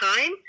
time